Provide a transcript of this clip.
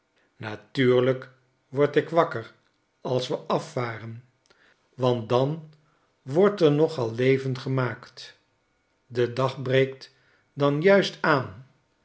natuurlijk word ik wakker als we afvaren want dan wordt er nogal leven gemaakt de dag breekt dan juist aan